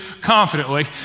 confidently